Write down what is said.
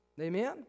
Amen